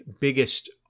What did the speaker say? biggest